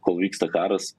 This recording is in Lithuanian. kol vyksta karas